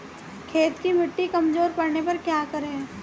खेत की मिटी कमजोर पड़ने पर क्या करें?